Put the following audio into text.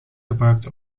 gebruikt